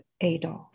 Adolf